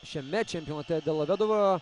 šiame čempionate delovedova